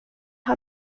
har